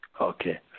Okay